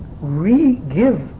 re-give